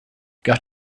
got